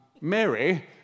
Mary